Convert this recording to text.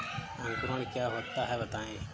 अंकुरण क्या होता है बताएँ?